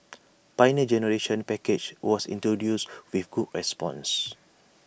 Pioneer Generation package was introduced with good response